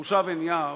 במושב עין יהב,